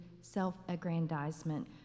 self-aggrandizement